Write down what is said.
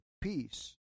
peace